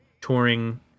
touring